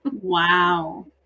wow